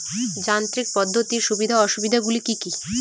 যান্ত্রিক পদ্ধতির সুবিধা ও অসুবিধা গুলি কি কি?